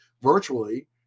virtually